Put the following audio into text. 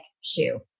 shoe